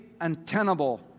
untenable